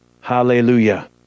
Hallelujah